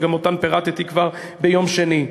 שגם אותן פירטתי כבר ביום שני.